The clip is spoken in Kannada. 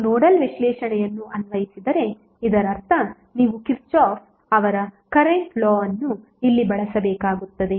ನೀವು ನೋಡಲ್ ವಿಶ್ಲೇಷಣೆಯನ್ನು ಅನ್ವಯಿಸಿದರೆ ಇದರರ್ಥ ನೀವು ಕಿರ್ಚಾಫ್ ಅವರ ಕರೆಂಟ್ ಲಾ ಅನ್ನು ಇಲ್ಲಿ ಬಳಸಬೇಕಾಗುತ್ತದೆ